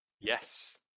Yes